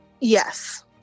Yes